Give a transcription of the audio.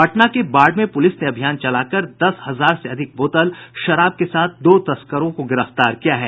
पटना के बाढ़ में पुलिस ने अभियान चलाकर दस हजार से अधिक बोतल शराब के साथ दो तस्करों को गिरफ्तार किया है